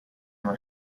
her